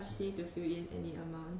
ask me to fill in any amount